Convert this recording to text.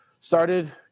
started